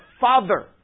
Father